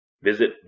Visit